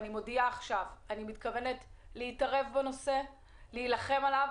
אני מודיעה עכשיו שאני מתכוונת להתערב בנושא ולהילחם עליו,